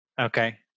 Okay